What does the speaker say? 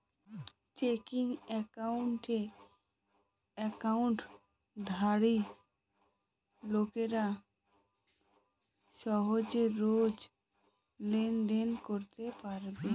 checking একাউণ্টে একাউন্টধারী লোকেরা সহজে রোজ লেনদেন করতে পারবে